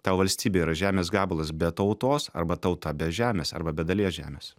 tau valstybė yra žemės gabalas be tautos arba tauta be žemės arba be dalies žemės